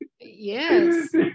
Yes